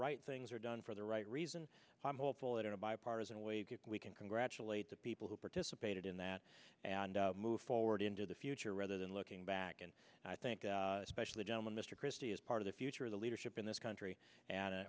right things are done for the right reason i'm hopeful that in a bipartisan way that we can congratulate the people who participated in that and move forward into the future rather than looking back and i think especially gentlemen mr christie is part of the future of the leadership in this country and